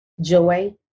joy